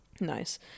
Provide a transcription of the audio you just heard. Nice